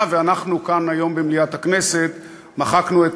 הממשלה, ואנחנו כאן היום במליאת הכנסת מחקנו את